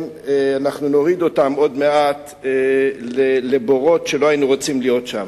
ואנחנו נוריד אותם עוד מעט לבורות שלא היינו רוצים להיות בהם.